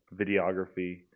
videography